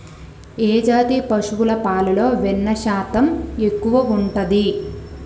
ఏ జాతి పశువుల పాలలో వెన్నె శాతం ఎక్కువ ఉంటది?